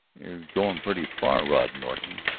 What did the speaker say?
you're going pretty far, rod norton,